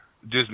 Disney